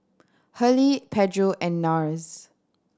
Hurley Pedro and Nars